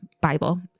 Bible